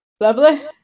Lovely